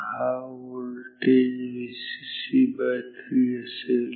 हा voltage Vcc3 असेल